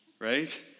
right